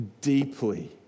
deeply